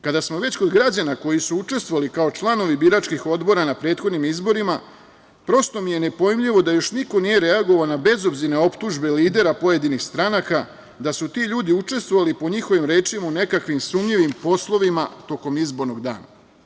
Kada smo već kod građana koji su učestvovali kao članovi biračkih odbora na prethodnim izborima, prosto mi je nepojmljivo da još niko nije reagovao na bezobzirne optužbe lidera pojedinih stranaka, da su ti ljudi učestvovali, po njihovim rečima, u nekakvim sumnjivim poslovima tokom izbornog dana.